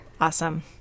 Awesome